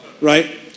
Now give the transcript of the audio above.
Right